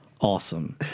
Awesome